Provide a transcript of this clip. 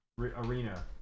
arena